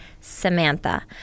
Samantha